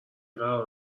قرار